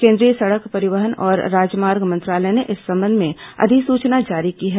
केंद्रीय सड़क परिवहन और राजमार्ग मंत्रालय ने इस संबंध में अधिसूचना जारी की है